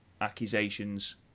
accusations